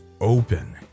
open